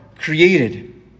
created